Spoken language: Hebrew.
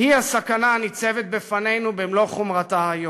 היא הסכנה הניצבת בפנינו במלוא חומרתה היום.